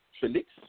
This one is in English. Felix